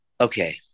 Okay